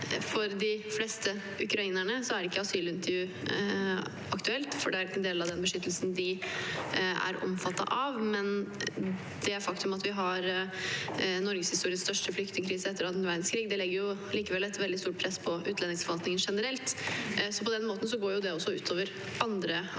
for de fleste ukrainerne, for det er ikke en del av den beskyttelsen de er omfattet av. Det faktum at vi har norgeshistoriens største flyktningkrise etter annen verdenskrig, legger likevel et veldig stort press på utlendingsforvaltningen generelt. På den måten går det også ut over andre asylsaker,